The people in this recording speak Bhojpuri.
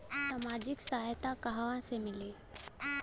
सामाजिक सहायता कहवा से मिली?